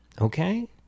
okay